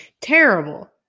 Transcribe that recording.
Terrible